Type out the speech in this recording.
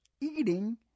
eating